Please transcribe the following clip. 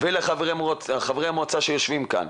אבל האם אי פעם מישהו מחברי המועצה בערד קם